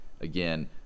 again